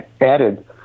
added